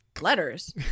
letters